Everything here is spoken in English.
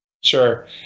Sure